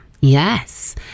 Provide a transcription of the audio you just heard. yes